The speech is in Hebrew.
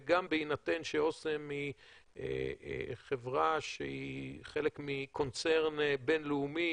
וגם בהינתן שאסם היא חברה שהיא חלק מקונצרן בין-לאומי,